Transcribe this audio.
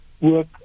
work